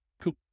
Cool